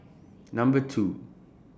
Number two